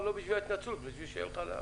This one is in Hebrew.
לא בשביל ההתנצלות, אלא בשביל שיהיה לך להבא.